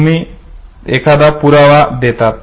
तुम्ही एखादा पुरावा देतात